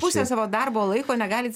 pusė savo darbo laiko negalit